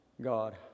God